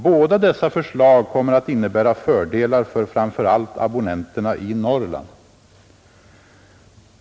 Båda dessa förslag kommer att innebära fördelar för framför allt abonnenterna i Norrland.